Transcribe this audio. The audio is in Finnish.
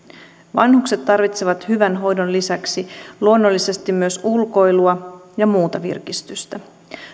vanhukset tarvitsevat hyvän hoidon lisäksi luonnollisesti myös ulkoilua ja muuta virkistystä